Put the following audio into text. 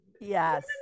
Yes